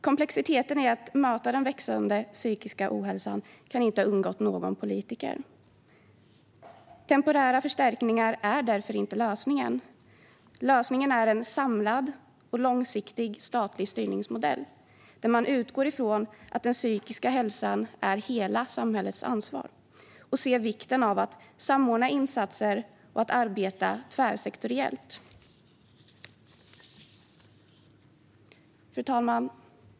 Komplexiteten i att möta den växande psykiska ohälsan kan inte ha undgått någon politiker. Temporära förstärkningar är därför inte lösningen. Lösningen är en samlad och långsiktig statlig styrningsmodell, där man utgår från att den psykiska hälsan är hela samhällets ansvar och ser vikten av att samordna insatser och att arbeta tvärsektoriellt. Fru talman!